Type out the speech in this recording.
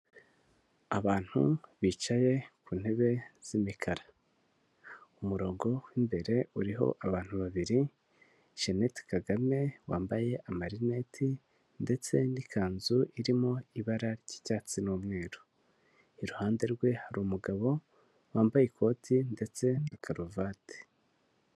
Abantu bicaye ku ntebe z'imikara. Umurongo w'imbere uriho abantu babiri, Jeannette Kagame wambaye amarineti ndetse n'ikanzu irimo ibara ry'icyatsi n'umweru. Iruhande rwe hari umugabo wambaye ikoti ndetse na karuvati.